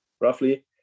roughly